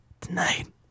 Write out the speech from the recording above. tonight